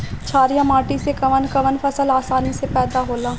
छारिया माटी मे कवन कवन फसल आसानी से पैदा होला?